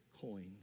coins